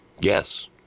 Yes